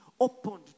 opened